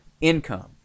income